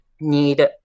need